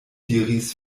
diris